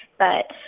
but